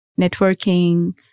networking